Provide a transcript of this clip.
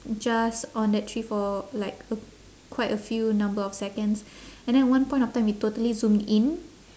just on that tree for like a quite a few number of seconds and then one point of time it totally zoomed in